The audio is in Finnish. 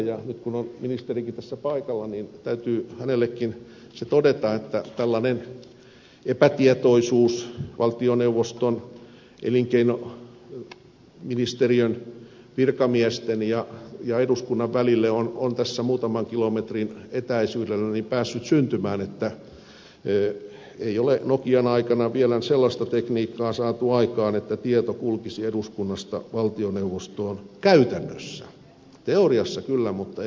ja nyt kun on ministerikin tässä paikalla täytyy hänellekin todeta että tällainen epätietoisuus valtioneuvoston elinkeinoministeriön virkamiesten ja eduskunnan välille on tässä muutaman kilometrin etäisyydellä päässyt syntymään ei ole nokian aikana vielä sellaista tekniikkaa saatu aikaan että tieto kulkisi eduskunnasta valtioneuvostoon käytännössä teoriassa kyllä mutta ei käytännössä